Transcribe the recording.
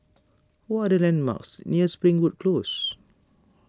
what are the landmarks near Springwood Close